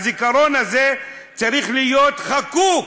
הזיכרון הזה צריך להיות חקוק